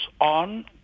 on